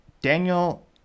Daniel